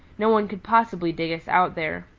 no one could possibly dig us out there.